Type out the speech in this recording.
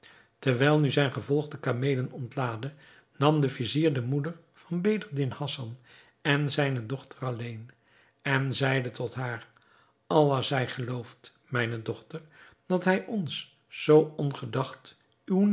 terwijl nu zijn gevolg de kameelen ontlaadde nam de vizier de moeder van bedreddin hassan en zijne dochter alleen en zeide tot haar allah zij geloofd mijne dochter dat hij ons zoo ongedacht